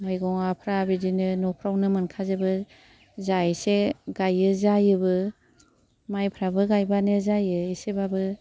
मैगंफ्रा बिदिनो न'फ्रावनो मोनखाजोबो जा इसे गायो जायोबो माइफ्राबो गायबानो जायो इसेबाबो